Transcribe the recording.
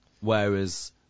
Whereas